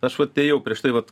aš vat ėjau prieš tai vat